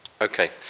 Okay